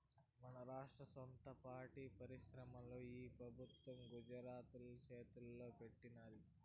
మన రాష్ట్ర సొంత పాడి పరిశ్రమని ఈ పెబుత్వం గుజరాతోల్ల చేతల్లో పెట్టినాది